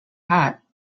hat